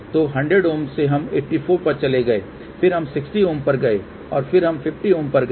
तो 100 Ω से हम 84 Ω पर चले गए फिर हम 60Ω पर गए और फिर हम 50 Ω पर गए